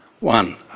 One